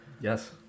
yes